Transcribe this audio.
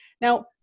Now